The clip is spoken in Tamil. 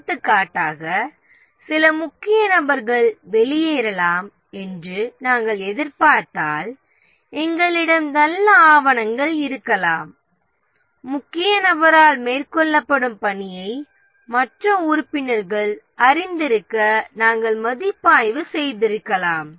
எடுத்துக்காட்டாக சில முக்கிய நபர்கள் வெளியேறலாம் என்று நாம் எதிர்பார்த்தால் நம்மிடம் நல்ல ஆவணங்கள் இருக்கலாம் முக்கிய நபரால் மேற்கொள்ளப்படும் பணியை மற்ற உறுப்பினர்கள் அறிந்திருக்க நாம் மதிப்பாய்வு செய்திருக்கலாம்